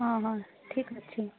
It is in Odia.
ହଁ ହଁ ଠିକ୍ ଅଛି